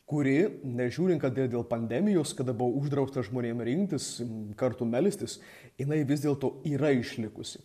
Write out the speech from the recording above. kuri nežiūrint kad ir dėl pandemijos kada buvo uždrausta žmonėm rinktis kartu melstis jinai vis dėlto yra išlikusi